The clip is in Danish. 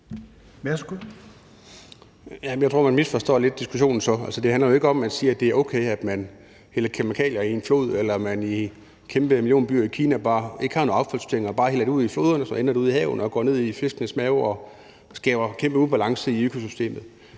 jeg tror, man misforstår diskussionen lidt så. Det handler jo ikke om, at man siger, at det er okay, at man hælder kemikalier i en flod, eller at man i kæmpe millionbyer i Kina bare ikke har nogen affaldssortering og bare hælder det ud i floderne, og så ender det ude i havene og går ned i fiskenes maver og skaber kæmpe ubalance i økosystemet.